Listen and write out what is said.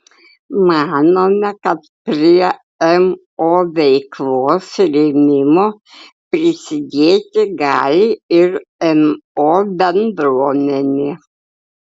manome kad prie mo veiklos rėmimo prisidėti gali ir mo bendruomenė